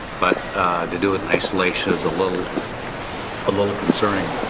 but to do it in isolation is a little ah little concerning.